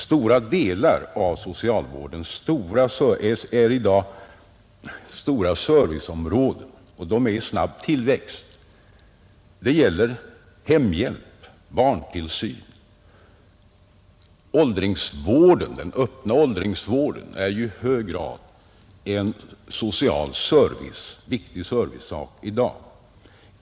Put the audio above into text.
Betydande delar av socialvården är i dag stora serviceområden och de är i snabb tillväxt. Det gäller exempelvis hemhjälp och barntillsyn. Den öppna åldringsvården är ju också en viktig social serviceuppgift i dag.